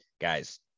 guys